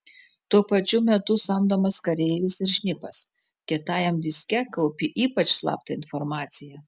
tuo pačiu metu samdomas kareivis ir šnipas kietajam diske kaupi ypač slaptą informaciją